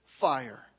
fire